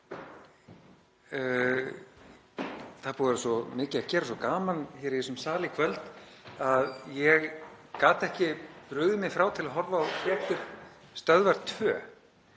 svo mikið að gera, svo gaman í þessum sal í kvöld að ég gat ekki brugðið mér frá til að horfa á fréttir Stöðvar 2